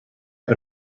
but